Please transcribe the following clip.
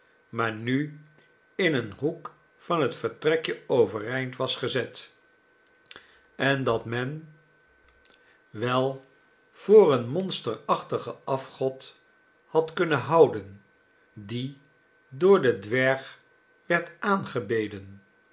maar nu in een hoek van het vertrekje overeind was gezet en dat men wel voor een monsterachtigen afgod had kunnen houden die door den dwerg werd aangebeden